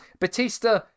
Batista